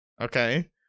okay